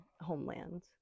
homeland